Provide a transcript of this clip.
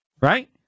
Right